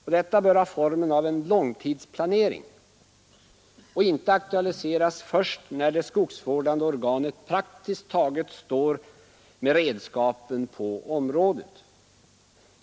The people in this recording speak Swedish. Och detta samråd bör ha formen av en långtidsplanering och inte aktualiseras först när det skogsvårdande organet praktiskt taget står med redskapen på området.